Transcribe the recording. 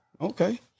Okay